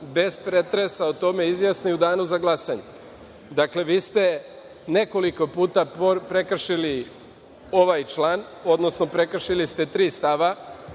bez pretresa, o tome izjasni u Danu za glasanje. Dakle, vi ste nekoliko puta prekršili ovaj član, odnosno prekršili ste tri stava,